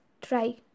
try